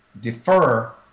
defer